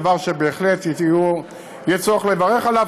זה דבר שבהחלט יהיה צורך לברך עליו,